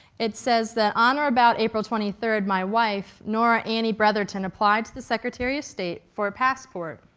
it says that on or about april twenty third, my wife nora annie bretherton applied to the secretary of state for a passport.